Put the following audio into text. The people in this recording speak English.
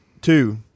two